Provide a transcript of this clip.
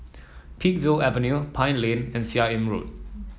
Peakville Avenue Pine Lane and Seah Im Road